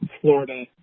Florida